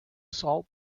salt